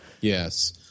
Yes